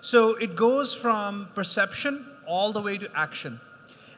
so it goes from perception all the way to action